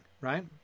right